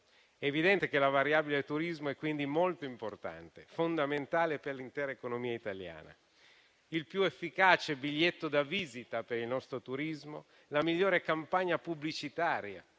È evidente che la variabile turismo è quindi molto importante e fondamentale per l'intera economia italiana. Il più efficace biglietto da visita per il nostro turismo, la migliore campagna pubblicitaria